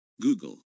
Google